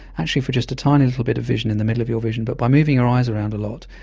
actually for just a tiny little bit of vision in the middle of your vision. but by moving your eyes around a lot,